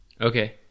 Okay